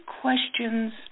questions